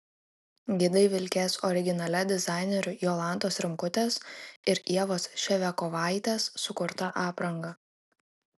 gidai vilkės originalia dizainerių jolantos rimkutės ir ievos ševiakovaitės sukurta apranga